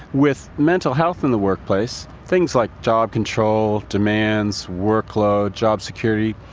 with mental health in the workplace, things like job control, demands, workload, job security,